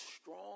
strong